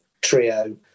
trio